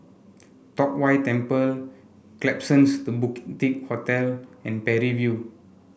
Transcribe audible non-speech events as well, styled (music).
Tong Whye Temple Klapsons The (unintelligible) Hotel and Parry View